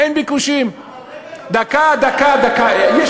אין ביקושים.